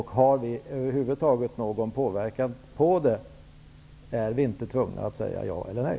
Har vi över huvud taget någon möjlighet att påverka detta? Är vi inte tvungna att säga ja eller nej?